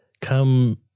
come